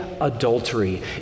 adultery